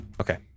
Okay